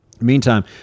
Meantime